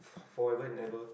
forever and ever